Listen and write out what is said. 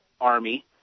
army